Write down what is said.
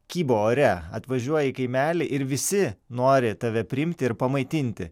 kybo ore atvažiuoji į kaimelį ir visi nori tave priimti ir pamaitinti